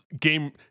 game